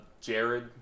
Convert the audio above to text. Jared